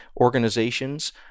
organizations